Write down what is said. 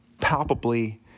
palpably